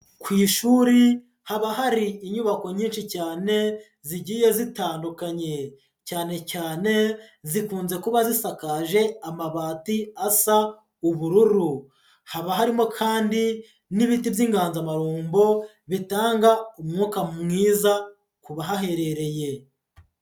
Ku ishuri haba hari inyubako nyinshi cyane zigiye zitandukanye, cyane cyane zikunze kuba zisakaje amabati asa ubururu, haba harimo kandi n'ibiti by'ingandamarumbo bitanga umwuka mwiza ku bahaherereye.